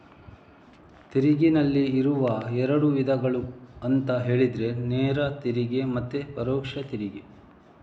ತೆರಿಗೆನಲ್ಲಿ ಇರುವ ಎರಡು ವಿಧಗಳು ಅಂತ ಹೇಳಿದ್ರೆ ನೇರ ತೆರಿಗೆ ಮತ್ತೆ ಪರೋಕ್ಷ ತೆರಿಗೆ